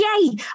yay